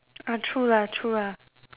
ah true lah true lah